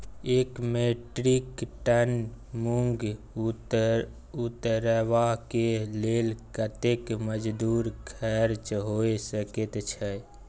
एक metric tonne मूंग उतरबा के लेल कतेक मजदूरी खर्च होय सकेत छै?